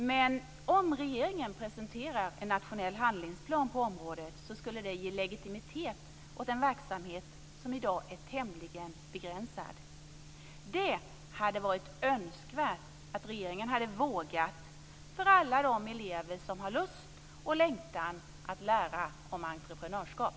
Men om regeringen presenterar en nationell handlingsplan på området skulle det ge legitimitet åt en verksamhet som i dag är tämligen begränsad. Det hade varit önskvärt att regeringen hade vågat det för alla de elever som har lust och längtan att lära om entreprenörskap.